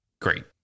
Great